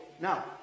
Now